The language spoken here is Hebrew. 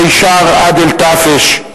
מישר עאדל טאפש,